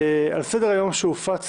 מסדר היום שהופץ